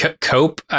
Cope